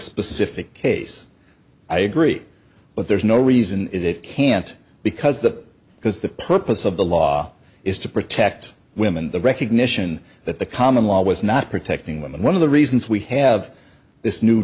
specific case i agree but there's no reason it can't because the because the purpose of the law is to protect women the recognition that the common law was not protecting women one of the reasons we have this new